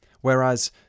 Whereas